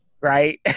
Right